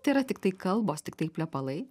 tėra tiktai kalbos tiktai plepalai